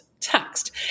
Text